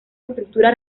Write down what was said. estructura